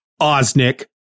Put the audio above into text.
Osnick